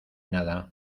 nada